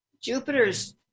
Jupiter's